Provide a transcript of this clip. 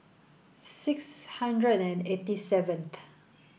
six hundred and eighty seventh